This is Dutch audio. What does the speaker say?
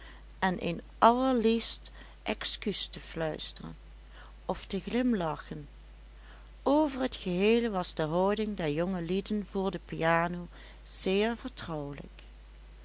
en een allerliefst excuus te fluisteren of te glimlachen over t geheel was de houding der jongelieden voor de piano zeer vertrouwelijk